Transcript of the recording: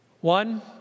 One